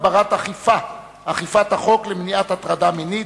הגברת אכיפת החוק למניעת הטרדה מינית),